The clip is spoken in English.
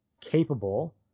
capable